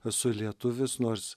esu lietuvis nors